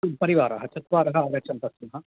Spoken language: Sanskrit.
परिवारः चत्वारः आगच्छन्तः स्मः